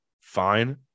fine